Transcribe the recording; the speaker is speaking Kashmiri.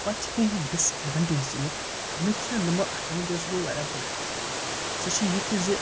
پَتہٕ چھِ کیٚنٛہہ یہِ ڈِس اٮ۪ڈوٮ۪نٹیجٕس اَمِکۍ اَمِکۍ چھِ نَمبَر اَکھ اٮ۪ڈوٮ۪نٹیج سُہ گوٚو واریاہ سۄ چھِ یہِ کہِ زِ